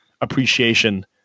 appreciation